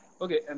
Okay